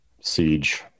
Siege